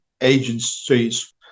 agencies